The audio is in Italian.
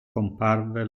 comparve